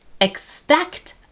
expect